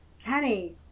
kenny